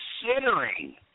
considering